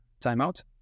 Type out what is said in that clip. timeout